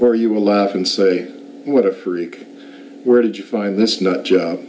or you will laugh and say what a freak where did you find this nut job